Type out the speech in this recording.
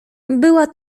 była